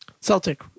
Celtic